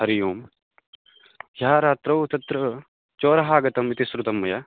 हरिः ओं ह्यः रात्रौ तत्र चोरः आगतः इति श्रुतं मया